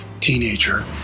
Teenager